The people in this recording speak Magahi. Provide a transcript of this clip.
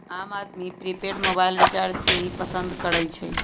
आम आदमी प्रीपेड मोबाइल रिचार्ज के ही पसंद करई छई